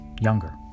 younger